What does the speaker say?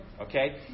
Okay